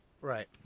Right